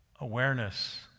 awareness